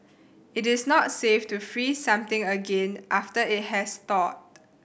it is not safe to freeze something again after it has thawed